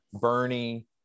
Bernie